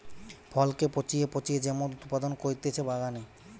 ফলকে পচিয়ে পচিয়ে যে মদ উৎপাদন করতিছে বাগানে